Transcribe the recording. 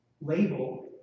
label